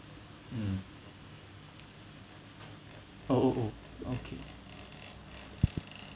mm oh oh oh okay